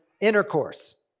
intercourse